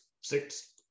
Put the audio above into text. six